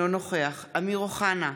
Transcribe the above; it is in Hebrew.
אינו נוכח אמיר אוחנה,